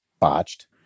botched